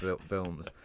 films